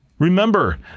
Remember